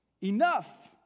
Enough